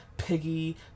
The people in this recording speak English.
Piggy